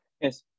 Yes